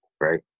right